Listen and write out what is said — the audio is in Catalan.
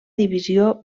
divisió